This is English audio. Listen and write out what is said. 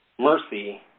Mercy